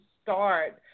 start